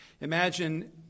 Imagine